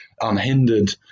unhindered